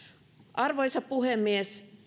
arvoisa puhemies